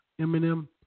Eminem